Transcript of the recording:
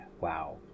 wow